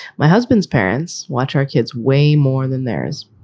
my husband's parents watch our kids way more than theirs.